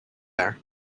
there